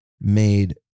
made